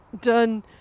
done